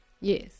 Yes